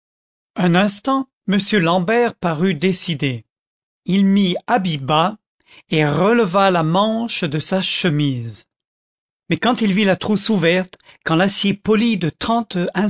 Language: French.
un instant m l'ambert parut décidé il mit habit bas et releva la manche de sa chemise mais quand il vit la trousse ouverte quand l'acier poli de